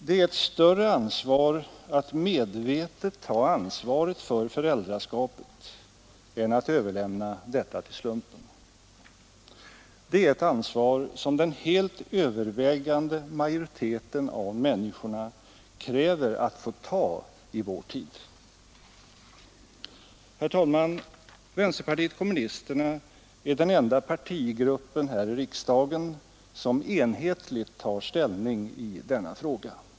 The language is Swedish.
Det är ett större ansvar att medvetet ta ansvaret för föräldraskapet än att överlämna detta till slumpen. Det är ett ansvar som den helt övervägande majoriteten av människorna kräver att få ta i vår tid. Herr talman! Vänsterpartiet kommunisterna är den enda partigrupp i riksdagen som enhetligt tar ställning i denna fråga.